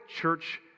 church